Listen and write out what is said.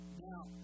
now